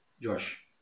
Josh